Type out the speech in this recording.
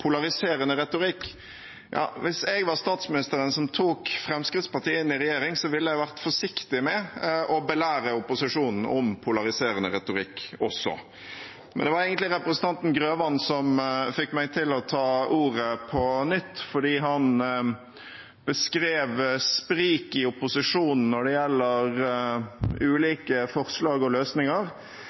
polariserende retorikk. Ja, hvis jeg var statsministeren som tok Fremskrittspartiet inn i regjering, ville jeg vært forsiktig med å belære opposisjonen om polariserende retorikk også. Men det var egentlig representanten Grøvan som fikk meg til å ta ordet på nytt, fordi han beskrev «sprik» i opposisjonen når det gjelder ulike forslag og løsninger.